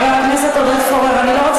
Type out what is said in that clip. חבר הכנסת עודד פורר, גם בישראל.